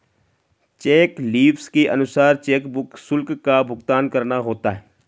check leaves के अनुसार chequebook शुल्क का भुगतान करना होता है